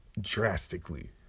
drastically